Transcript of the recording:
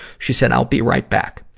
she said, i'll be right back.